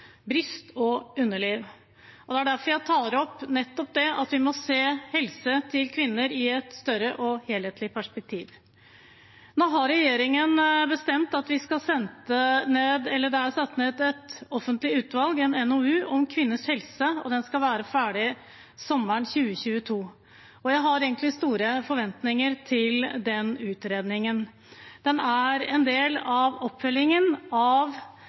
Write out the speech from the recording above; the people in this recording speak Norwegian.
og underliv. Derfor tar jeg opp nettopp det at vi må se kvinners helse i et større og helhetlig perspektiv. Regjeringen har satt ned et offentlig utvalg, en NOU, om kvinners helse, og den skal være ferdig sommeren 2022. Jeg har egentlig store forventninger til den utredningen. Den er en del av oppfølgingen av